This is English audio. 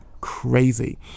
crazy